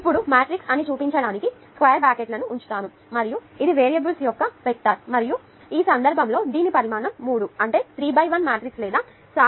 ఇప్పుడు మ్యాట్రిక్స్ అని చూపించడానికి స్క్వేర్ బ్రాకెట్లను ఉంచుతాను మరియు ఇది వేరియబుల్స్ యొక్క వెక్టర్ మరియు ఈ సందర్భంలో దీని పరిమాణం మూడు అంటే 3 × 1 మ్యాట్రిక్స్ లేదా సాధారణంగా ఇది N 1×1